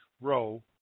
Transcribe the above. row